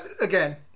Again